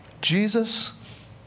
Jesus